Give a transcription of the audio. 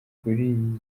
kuri